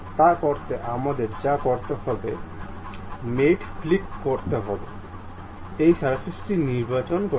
তা করতে আমাদের যা করতে হবে মেট ক্লিক করুন এই পৃষ্ঠটি নির্বাচন করুন